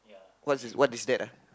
what's what is that ah